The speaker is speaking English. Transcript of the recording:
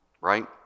right